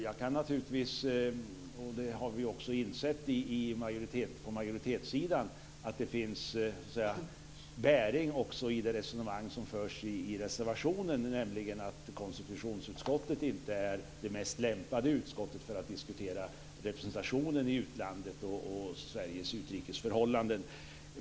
Jag kan naturligtvis inse, och det har vi också gjort på majoritetssidan, att det finns bäring också i det resonemang som förs i reservationen, nämligen att konstitutionsutskottet inte är det mest lämpade utskottet för att diskutera representationen i utlandet och Sveriges utrikesförhållanden.